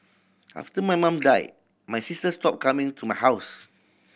after my mum died my sister stopped coming to my house